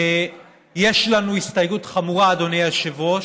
יש לנו הסתייגות חמורה, אדוני היושב-ראש,